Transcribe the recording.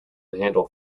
handle